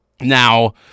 Now